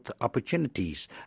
opportunities